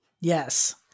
Yes